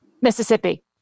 Mississippi